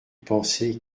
penser